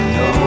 no